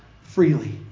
freely